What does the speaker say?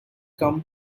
come